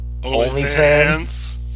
OnlyFans